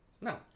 No